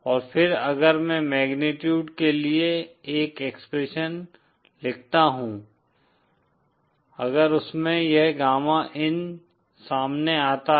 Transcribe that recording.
और फिर अगर मैं मैग्नीट्यूड के लिए एक एक्सप्रेशन लिखता हूं अगर उसमें यह गामा इन सामने आता है